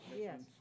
Yes